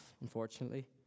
unfortunately